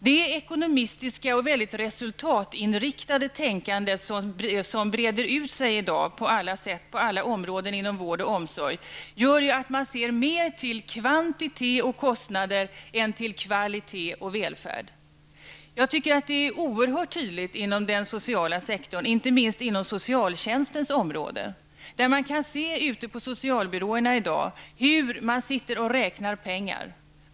Det ekonomistiska och mycket resultatinriktade tänkande som i dag breder ut sig på alla områden inom vård och omsorg gör att man ser mer till kvantitet och kostnader än till kvalitet och välfärd. Jag tycker att det är oerhört tydligt inom den sociala sektorn, inte minst på socialtjänstens område. I dag kan vi ute på socialbyråerna se hur man sitter och räknar pengar.